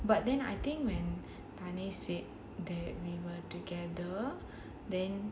but then I think when tanya said that we were together then